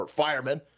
firemen